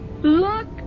look